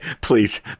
please